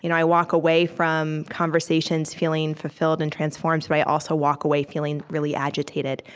you know i walk away from conversations feeling fulfilled and transformed, but i also walk away feeling really agitated,